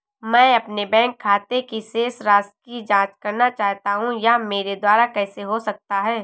मैं अपने बैंक खाते की शेष राशि की जाँच करना चाहता हूँ यह मेरे द्वारा कैसे हो सकता है?